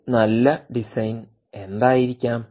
ഒരു നല്ല ഡിസൈൻ എന്തായിരിക്കാം